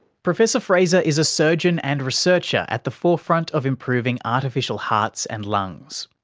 professor fraser is a surgeon and researcher at the forefront of improving artificial hearts and lungs.